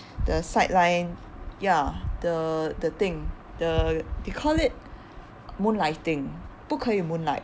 the sideline ya the the thing the they call it moonlighting 不可以 moonlight